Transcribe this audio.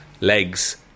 Legs